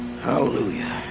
Hallelujah